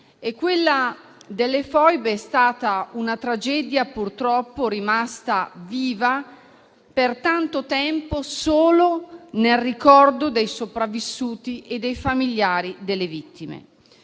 Quella delle foibe è stata una tragedia purtroppo rimasta viva per tanto tempo solo nel ricordo dei sopravvissuti e dei familiari delle vittime.